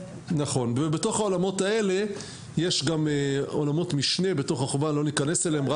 בתוך העולמות האלה יש גם עולמות משנה ולא ניכנס אליהם.